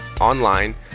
online